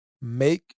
Make